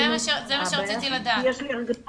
יש לי הרגשה